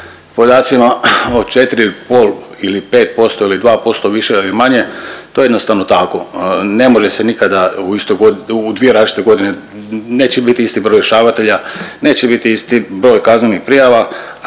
podacima od 4,5 ili 5% ili 2% više ili manje to je jednostavno tako, ne može se nikada u istoj god…, u dvije različite godine, neće biti isti broj rješavatelja, neće biti isti broj kaznenih prijava,